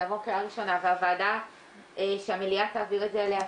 זה יעבור קריאה ראשונה והוועדה שהמליאה תעביר את זה אליה,